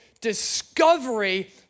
discovery